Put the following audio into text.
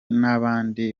nabandi